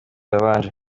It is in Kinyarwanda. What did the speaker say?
yabanje